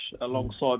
alongside